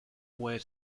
were